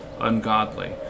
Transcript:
ungodly